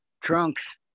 trunks